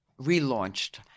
relaunched